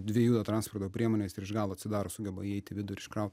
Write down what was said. dvi juda transporto priemonės ir iš galo atsidaro sugeba įeiti į vidų ir iškraut